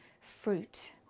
fruit